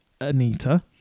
Anita